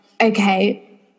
okay